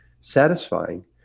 satisfying